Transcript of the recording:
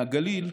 מהגליל,